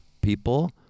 people